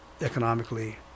economically